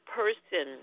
person